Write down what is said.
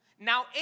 Now